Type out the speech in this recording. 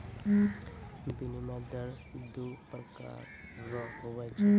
विनिमय दर दू प्रकार रो हुवै छै